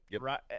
Right